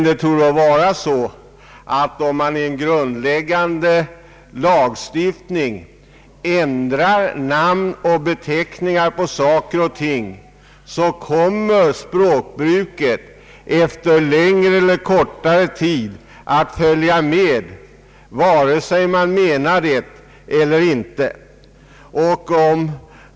Det torde dock vara på det sättet att om man i en grundläggande lagstiftning ändrar namn och beteckningar kommer språkbruket efter längre eller kortare tid att följa med, vare sig lagstiftaren avser det eller inte.